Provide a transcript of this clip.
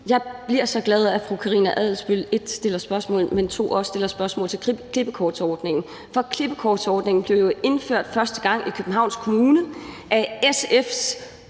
Jeg bliver så glad af, at fru Karina Adsbøl 1) stiller spørgsmål, men 2) også stiller spørgsmål til klippekortordningen, for klippekortordningen blev jo indført første gang i Københavns Kommune af SF's